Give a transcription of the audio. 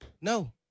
no